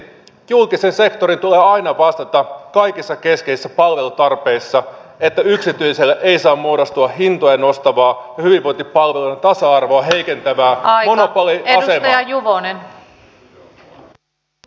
julkisen sektorin tulee aina vastata kaikissa keskeisissä palvelutarpeissa siitä että yksityiselle ei saa muodostua hintoja nostavaa ja hyvinvointipalveluiden tasa arvoa heikentävää monopoliasemaa